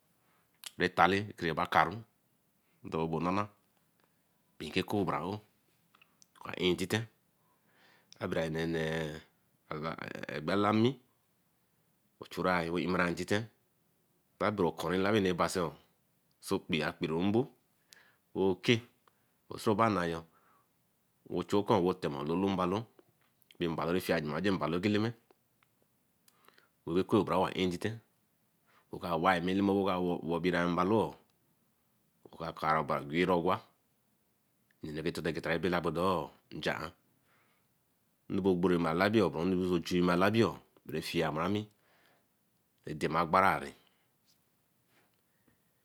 Etale rebakunre dor obo nana pee a kor bra aowe wa ein intite a bera nene gbela-nmi churai wey amara intite Kabora okun relabin anu ra basen a kpie ka kpee mbor okei sorobanayo ochu okun wwey tem ololo-mbalo bey mbalo refie gema sen mbalo Kwen-Eleme. ekoth bra aowe wah intite oka yae mmi eleme oka inichi mbelo oo okaka obari wes owa inogetogeta ra bella bodoe jian Yien ogbere ma labiyo okunbechue ma labiyo beh afiabarami ede ma baranee.